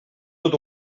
tot